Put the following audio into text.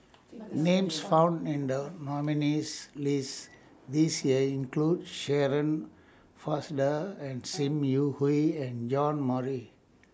Names found in The nominees' list This Year include Shirin Fozdar and SIM Yi Hui and John Morrice